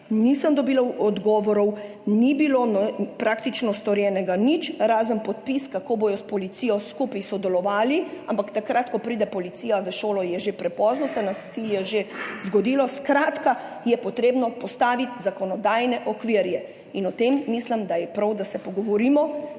nisem dobila odgovorov, ni bilo storjenega praktično nič, razen podpis, kako bodo s policijo skupaj sodelovali. Ampak takrat ko pride policija v šolo, je že prepozno, se je nasilje že zgodilo. Skratka, potrebno je postaviti zakonodajne okvire in o tem mislim, da je prav, da se pogovorimo.